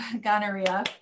gonorrhea